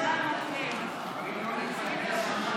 הצמדת קצבת אזרח ותיק לשכר הממוצע במשק),